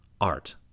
Art